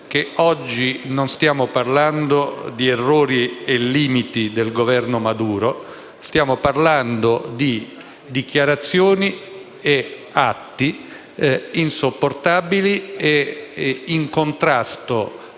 che oggi non stiamo parlando di errori e limiti del Governo Maduro, ma stiamo parlando di dichiarazioni e atti insopportabili e in aperto